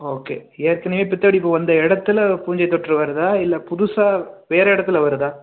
okay ஏற்கனவே பித்தவெடிப்பு வந்த இடத்துல பூஞ்சை தொற்று வருதா இல்லை புதுசாக வேறே இடத்துல வருதா